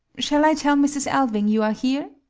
shall i tell mrs. alving you are here?